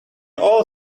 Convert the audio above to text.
all